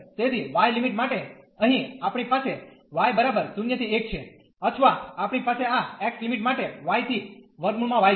તેથી y limit માટે અહીં આપણી પાસે y 0 ¿1 છે અથવા આપણી પાસે આ x લિમિટ માટે y થી √ y છે